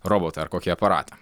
robotą ar kokį aparatą